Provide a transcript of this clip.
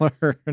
learn